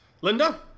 Linda